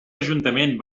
ajuntament